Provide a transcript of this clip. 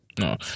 No